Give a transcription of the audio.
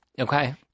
Okay